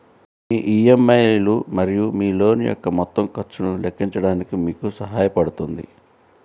మీ EMI లు మరియు మీ లోన్ యొక్క మొత్తం ఖర్చును లెక్కించడానికి మీకు సహాయపడుతుంది